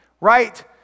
right